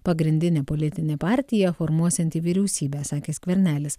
pagrindinė politinė partija formuosianti vyriausybę sakė skvernelis